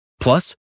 Plus